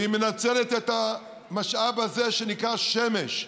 והיא מנצלת את המשאב הזה שנקרא שמש,